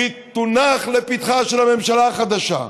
והיא תונח לפתחה של הממשלה החדשה.